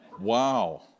Wow